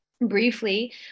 briefly